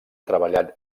treballat